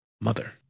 mother